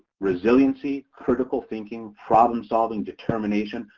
resiliency, critical thinking, problem-solving determination.